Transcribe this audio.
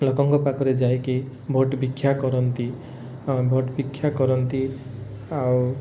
ଲୋକଙ୍କ ପାଖରେ ଯାଇକି ଭୋଟ୍ ଭିକ୍ଷା କରନ୍ତି ଭୋଟ୍ ଭିକ୍ଷା କରନ୍ତି ଆଉ